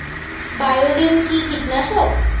বায়োলিন কি কীটনাশক?